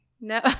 No